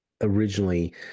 originally